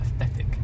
aesthetic